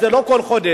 זה לא כל חודש.